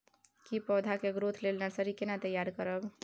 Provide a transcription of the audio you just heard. की पौधा के ग्रोथ लेल नर्सरी केना तैयार करब?